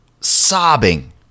sobbing